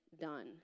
done